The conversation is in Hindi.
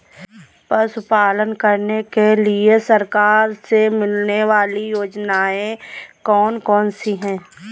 पशु पालन करने के लिए सरकार से मिलने वाली योजनाएँ कौन कौन सी हैं?